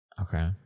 Okay